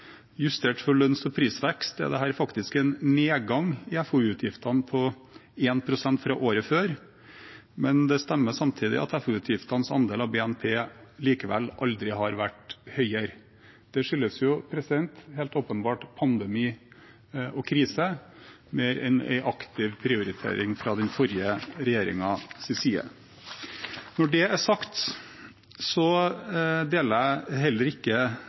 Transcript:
Justert for lønns- og prisvekst er dette faktisk en nedgang i FoU-utgiftene på 1 pst. fra året før, men det stemmer samtidig at FoU-utgiftenes andel av BNP likevel aldri har vært høyere. Det skyldes helt åpenbart pandemi og krise mer enn en aktiv prioritering fra den forrige regjeringens side. Når det er sagt, deler jeg